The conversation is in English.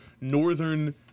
Northern